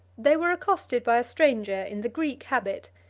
they were accosted by a stranger in the greek habit,